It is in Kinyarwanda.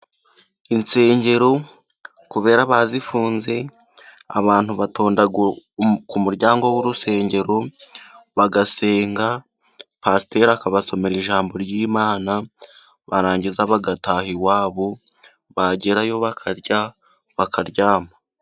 Insengero kubera bazifunze abantu batonda ku muryango w'urusengero bagasenga. Pasiteri akabasomera ijambo ry'imana barangiza bagataha iwabo bagerayo bakarya bakaryama.